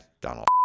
Donald